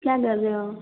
क्या कर रहे हो